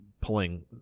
pulling